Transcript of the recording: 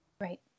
Right